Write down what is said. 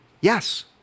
Yes